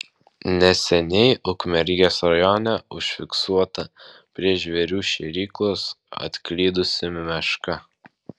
neseniai ukmergės rajone užfiksuota prie žvėrių šėryklos atklydusi meška